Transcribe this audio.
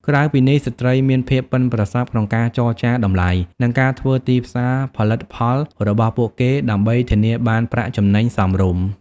ក្រៅពីនេះ ស្ត្រីមានភាពប៉ិនប្រសប់ក្នុងការចរចាតម្លៃ និងការធ្វើទីផ្សារផលិតផលរបស់ពួកគេ ដើម្បីធានាបានប្រាក់ចំណេញសមរម្យ។